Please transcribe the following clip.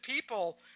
people